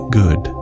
good